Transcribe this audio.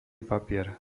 papier